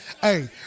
Hey